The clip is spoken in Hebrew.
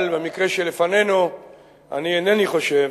אבל במקרה שלפנינו אני אינני חושב